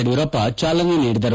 ಯಡಿಯೂರಪ್ಪ ಚಾಲನೆ ನೀಡಿದರು